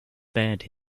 bared